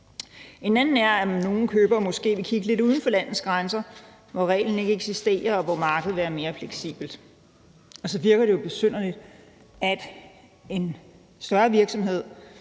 andet er, at nogle købere måske vil kigge lidt uden for landets grænser, hvor reglen ikke eksisterer, og hvor markedet er mere fleksibelt. Og så virker det jo besynderligt, at en virksomhed